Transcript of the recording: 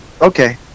okay